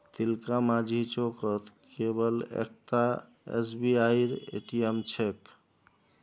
तिलकमाझी चौकत केवल एकता एसबीआईर ए.टी.एम छेक